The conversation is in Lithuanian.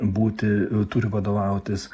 būti turi vadovautis